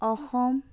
Assam